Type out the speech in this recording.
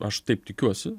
aš taip tikiuosi